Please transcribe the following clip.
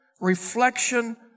reflection